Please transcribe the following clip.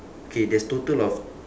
okay there's total of